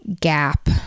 gap